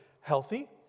healthy